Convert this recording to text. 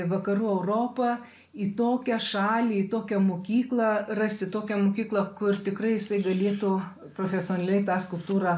vakarų europą į tokią šalį į tokią mokyklą rasi tokią mokyklą kur tikrai jisai galėtų profesionaliai tą skulptūrą